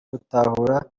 gutahura